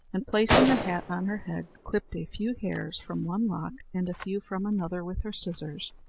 and, placing the hat on her head, clipped a few hairs from one lock and a few from another with her scissors,